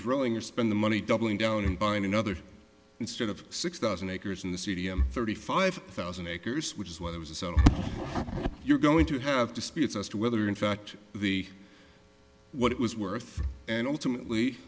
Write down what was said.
drilling or spend the money doubling down and buying another instead of six thousand acres in the stadium thirty five thousand acres which is what it was a set of you're going to have disputes as to whether in fact the what it was worth and ultimately